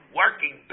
working